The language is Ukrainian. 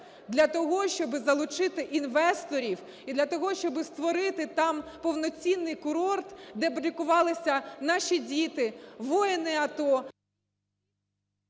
для того, щоби залучити інвесторів, і для того, щоби створити там повноцінний курорт, де б лікувалися наші діти, воїни АТО…